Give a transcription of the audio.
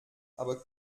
aber